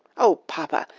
oh, papa!